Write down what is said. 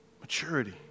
Maturity